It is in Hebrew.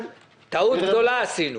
טעות גדולה עשינו.